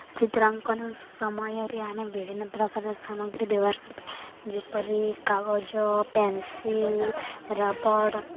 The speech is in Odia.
ଚିତ୍ରାଙ୍କନ ସମୟରେ ଆମେ ବିଭିନ୍ନପ୍ରକାରର ସାମଗ୍ରୀ ବ୍ୟବହାର କରିଥାଉ ଯେପରି କାଗଜ ପେନ୍ସିଲ୍ ରବର୍